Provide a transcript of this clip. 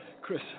Chris